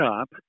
up